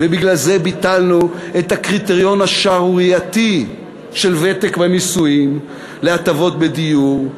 ובגלל זה ביטלנו את הקריטריון השערורייתי של ותק בנישואים להטבות בדיור,